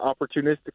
opportunistically